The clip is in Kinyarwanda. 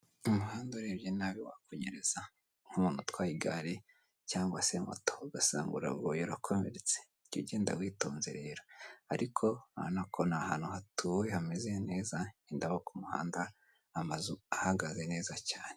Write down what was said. Umuhanda urebye nabi wa kunyereza nk'umuntu utwaye igare cyangwa se muto ugasangarabo yarakomeretse. Jya ugenda witonze rero ariko urabona ko ni ahantu hatuwe hameze neza indabo ku muhanda amazu ahagaze neza cyane.